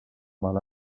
mal